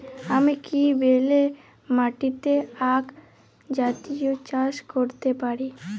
আমি কি বেলে মাটিতে আক জাতীয় চাষ করতে পারি?